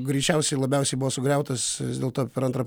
greičiausiai ir labiausiai buvo sugriautas vis dėlto per antrą